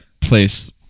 place